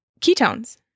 ketones